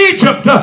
Egypt